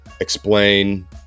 explain